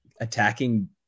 attacking